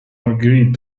agreed